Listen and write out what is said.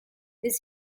this